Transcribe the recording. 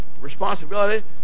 responsibility